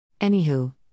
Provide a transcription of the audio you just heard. Anywho